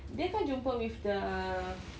dia kan jumpa with the